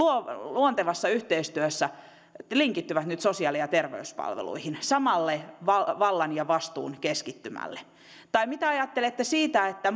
luontevassa yhteistyössä linkittyvät nyt sosiaali ja terveyspalveluihin samalle vallan vallan ja vastuun keskittymälle tai mitä ajattelette siitä että